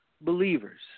believers